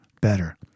better